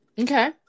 Okay